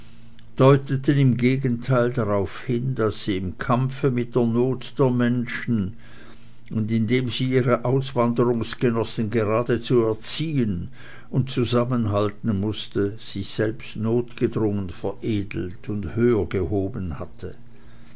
deuteten im gegenteil darauf hin daß sie im kampfe mit der not der menschen und indem sie ihre auswanderungsgenossen geradezu erziehen und zusammenhalten mußte sich selbst notgedrungen veredelt und höhergehoben hatte